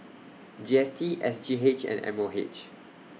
G S T S G H and M O H